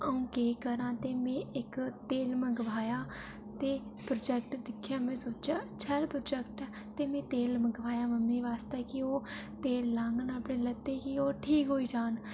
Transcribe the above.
कि अं'ऊ केह् करां ते में इक तेल मंगवाया ते प्रोजैक्ट दिक्खेआ ते में सोचेआ शैल प्रोजैक्ट ऐ ते में तेल मंगवाया मम्मी आस्तै कि ओह् ते लाङन अपनें लत्तें गी ओह् ठीक होई जान